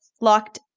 locked